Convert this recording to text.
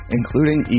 including